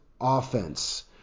offense